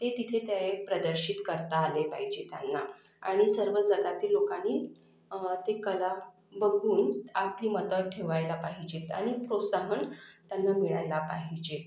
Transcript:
ते तिथे त्या प्रदर्शित करता आले पाहिजे त्यांना आणि सर्व जगातील लोकांनी ती कला बघून आपली मतं ठेवायला पाहिजेत आणि प्रोत्साहन त्यांना मिळायला पाहिजे